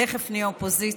תכף נהיה אופוזיציה,